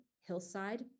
Hillside